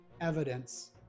evidence